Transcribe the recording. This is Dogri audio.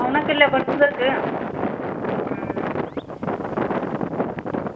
औना कल्लै परसों तगर